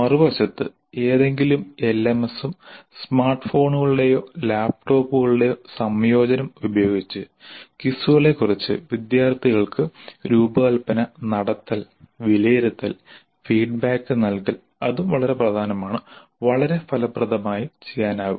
മറുവശത്ത് ഏതെങ്കിലും എൽഎംഎസും സ്മാർട്ട് ഫോണുകളുടെയോ ലാപ്ടോപ്പുകളുടെയോ സംയോജനം ഉപയോഗിച്ച് ക്വിസുകളെക്കുറിച്ച് വിദ്യാർത്ഥികൾക്ക് രൂപകൽപ്പന നടത്തൽ വിലയിരുത്തൽ ഫീഡ്ബാക്ക് നൽകൽ അതും വളരെ പ്രധാനമാണ് വളരെ ഫലപ്രദമായി ചെയ്യാനാകും